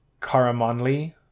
Karamanli